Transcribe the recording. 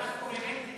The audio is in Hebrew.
אתה קוהרנטי,